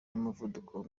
n’umuvuduko